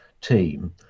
team